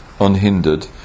unhindered